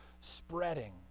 spreading